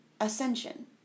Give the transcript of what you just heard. ascension